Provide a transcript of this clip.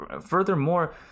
furthermore